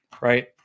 right